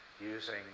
using